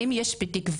האם יש תקווה,